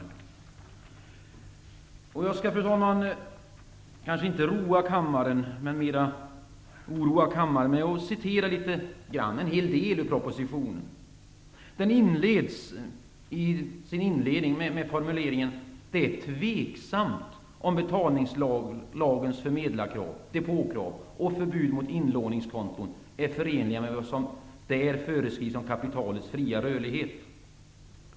Fru talman! Jag skall kanske inte roa kammaren, utan mer oroa kammaren med att citera en hel del ur propositionen. Den inleds med formuleringen att det är tveksamt om betalningslagens depåkrav och förbud mot inlåningskonton är förenliga med vad som föreskrivs om kapitalets fria rörlighet.